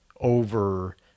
over